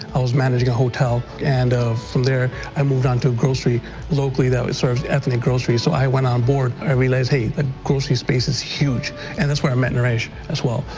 i was managing a hotel and from there i moved on to a grocery locally that served ethnic groceries so i went on board. i realized hey, the grocery space is huge and that's where i met naresh as well.